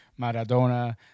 Maradona